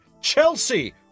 Chelsea